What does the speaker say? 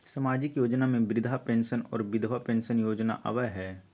सामाजिक योजना में वृद्धा पेंसन और विधवा पेंसन योजना आबह ई?